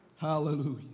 Hallelujah